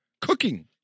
Cooking